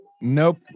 nope